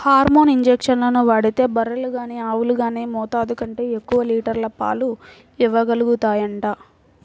hormone ఇంజక్షన్లు వాడితే బర్రెలు గానీ ఆవులు గానీ మోతాదు కంటే ఎక్కువ లీటర్ల పాలు ఇవ్వగలుగుతాయంట